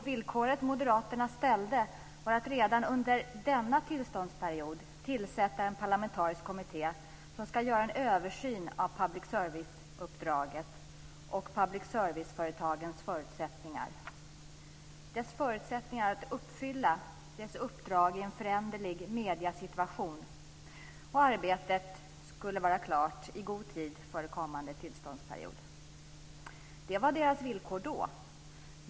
Villkoret som Moderaterna ställde var att redan under denna tillståndsperiod tillsätta en parlamentarisk kommitté som ska göra en översyn av public service-uppdraget och public service-företagens förutsättningar att uppfylla sitt uppdrag i en föränderlig mediesituation. Arbetet skulle vara klart i god tid före kommande tillståndsperiod. Det var deras villkor då.